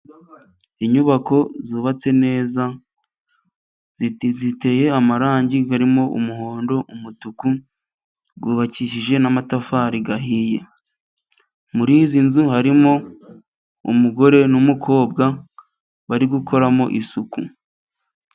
Inyubako zubatse neza ziteye amarangi harimo umuhondo, umutuku ,zubakishije n'amatafariye ahiye, mur'izi nzu harimo umugore n'umukobwa bari gukoramo isuku.